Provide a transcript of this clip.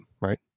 right